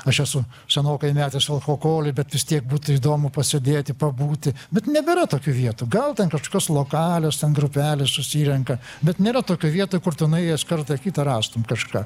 aš esu senokai metęs alkoholį bet vis tiek būtų įdomu pasėdėti pabūti bet nebėra tokių vietų gal ten kažkokios lokalios ten grupelės susirenka bet nėra tokių vietų kur tu nuėjęs kartą kitą rastum kažką